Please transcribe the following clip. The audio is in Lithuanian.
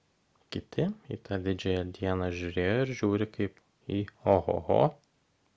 kiti į tą didžiąją dieną žiūrėjo ir žiūri kaip į ohoho